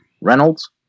Reynolds